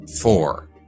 Four